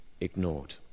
ignored